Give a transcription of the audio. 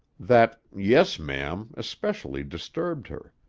that yes, ma'am, especially disturbed her.